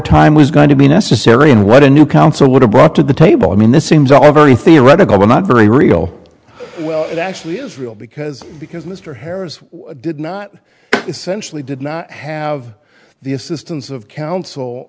time was going to be necessary and what a new counsel would have brought to the table i mean this seems all very theoretical but not very real it actually is real because because mr harris did not essentially did not have the assistance of coun